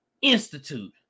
institute